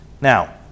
Now